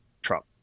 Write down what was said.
Trump